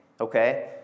okay